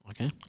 Okay